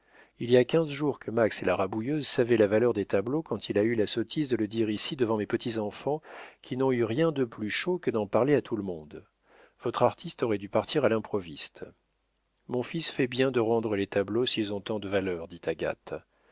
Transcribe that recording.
il y a quinze jours que max et la rabouilleuse savaient la valeur des tableaux quand il a eu la sottise de le dire ici devant mes petits-enfants qui n'ont eu rien de plus chaud que d'en parler à tout le monde votre artiste aurait dû partir à l'improviste mon fils fait bien de rendre les tableaux s'ils ont tant de valeur dit